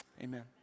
Amen